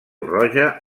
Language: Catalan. roja